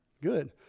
Good